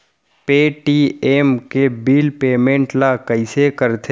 Paytm के bill payment ल कइसे करथे?